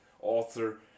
author